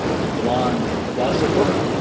ah blonde gossiper.